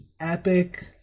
epic